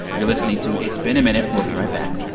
you're listening to it's been a minute. we'll be right back